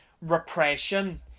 repression